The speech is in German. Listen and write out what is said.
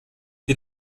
die